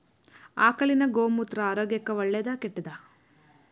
ಆಕಳಿನ ಗೋಮೂತ್ರ ಆರೋಗ್ಯಕ್ಕ ಒಳ್ಳೆದಾ ಕೆಟ್ಟದಾ?